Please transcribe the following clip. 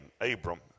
Abram